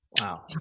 Wow